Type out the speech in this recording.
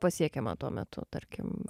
pasiekiama tuo metu tarkim